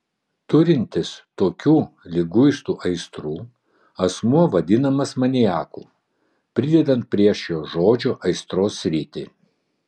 turintis tokių liguistų aistrų asmuo vadinamas maniaku pridedant prie šio žodžio aistros sritį